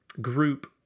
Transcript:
group